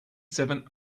seven